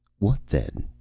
what, then?